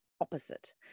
opposite